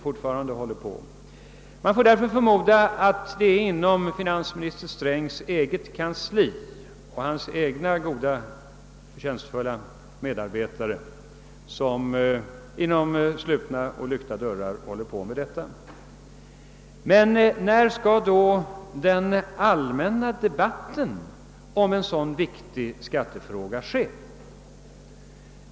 Man får därför förmoda att herr Strängs egna goda och förtjänstfulla medarbetare håller på med detta arbete inom lyckta dörrar i herr Strängs eget kansli. När skall då den allmänna debatten om en så viktig skattefråga äga rum?